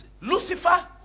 Lucifer